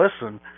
listen